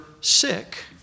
sick